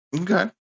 Okay